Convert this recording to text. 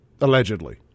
Allegedly